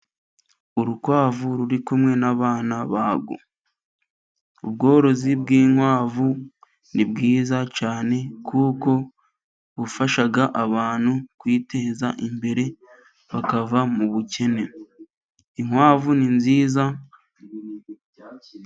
Urukwavu ruri kumwe n'abana barwo. Ubworozi bw'inkwavu ni bwiza cyane, kuko bufasha abantu kwiteza imbere bakava mu bukene, inkwavu ni nziza.